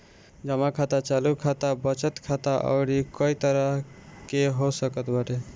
जमा खाता चालू खाता, बचत खाता अउरी कई तरही के हो सकत बाटे